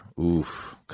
Oof